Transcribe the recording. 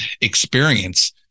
experience